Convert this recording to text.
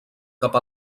cap